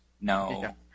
No